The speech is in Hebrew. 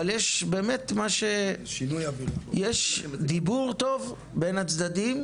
אבל יש באמת דיבור טוב בין הצדדים,